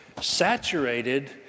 saturated